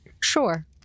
Sure